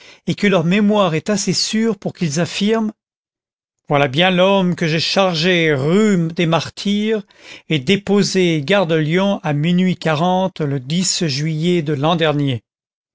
et que leur mémoire est assez sûre pour qu'ils affirment voilà bien l'homme que j'ai chargé rue des martyrs et déposé gare de lyon à minuit quarante le juillet de l'an dernier